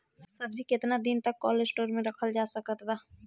सब्जी केतना दिन तक कोल्ड स्टोर मे रखल जा सकत बा?